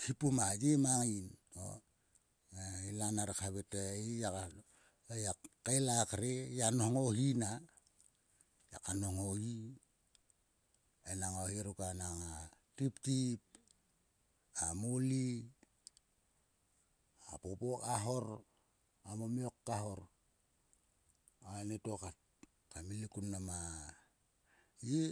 khipum a ye mang ngain". O e ila nare khavai te,"ei ngiak kael a kre ngia nho o hi na." Ngiaka nhong o hi. enang o hi ruk enang a tiptip. a popo ka hor. a momiok ka hor anieto kat. Kam elik kun ma ye.